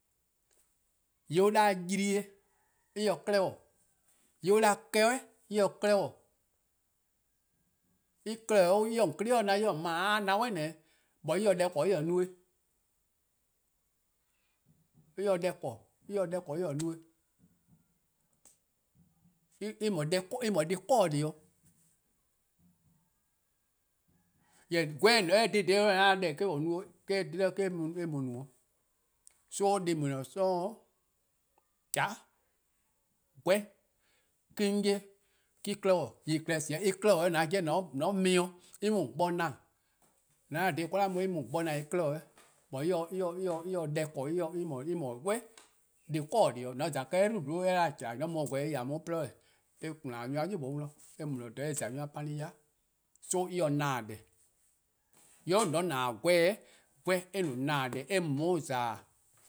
:Yeh an 'da-dih-a :yiee: eh se 'klehbor, :yeh an 'da-dih-a 'kehbeh' eh se 'klehbor. En klehkpeh :dao' eh 'ye :on 'klei' :na en-: mor-: :a 'ye :na 'suh :dhih 'o, jorwor: en se no deh :korn en 'ye no. En se deh :korn en se deh :korn en 'ye-a no. En :mor deh+ 'kor dih, deh+ 'kor-dih deh+ 'o. Jorwor: mor-: gweh-: :mor a :dhe dih :dha :daa :mor 'da deh :daa eh-: :on no 'o eh-: eh :dhe-dih eh mu no-'. So deh+ :daa :en :ne-a 'sororn' :chea', 'gweh me-: 'on 'ye :en 'klehbor. Jorwor :yeh :en se :ao' en 'klehbor, an 'jeh :mor :on kpon-ih 'dih en mu :on bo :na, :mor :on 'da dha :daa 'an mu 'o en mu :on bo :na en 'klehbor, but en se deh :korn en :mor deh+ 'kor dih 'o. :mor :on :za 'kehbeh' dubu' :bhluun' :mor :chla :i :mor eh 'si-dih :mor :on mu 'o pobo-' :yee' eh :hya problem. eh mu nmu nyor-a 'yu 'nor, eh mu :dha 'sluh eh :za nyor-a pani yai'. So en se :na-dih-deh:+. :mor eh 'dhu :on :na-dih 'gweh-eh', 'gewh, :gweh eh no :na-dih deh eh mu on-' :za-dih.,